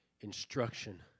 Instruction